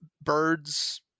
birds